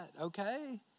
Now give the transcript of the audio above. okay